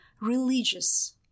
religious